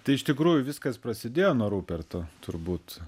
tai iš tikrųjų viskas prasidėjo nuo ruperto turbūt